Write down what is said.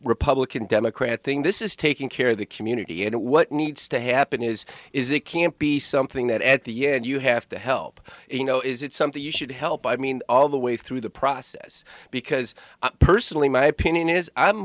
republican democrat thing this is taking care of the community you know what needs to happen is is it can't be something that at the end you have to help you know is it something you should help i mean all the way through the process because personally my opinion is i'm